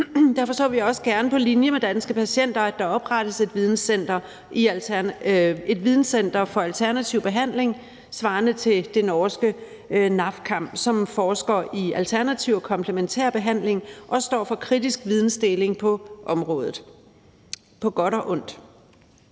Derfor ser vi også gerne på linje med Danske Patienter, at der oprettes et videnscenter for alternativ behandling svarende til det norske NAFKAM, som forsker i alternativ og komplementær behandling og står for kritisk vidensdeling på området – på godt og ondt.